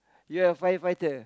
ya firefighter